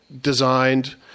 designed –